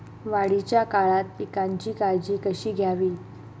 वाढीच्या काळात पिकांची काळजी कशी घ्यावी?